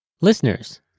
Listeners